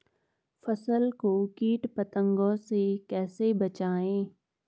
फसल को कीट पतंगों से कैसे बचाएं?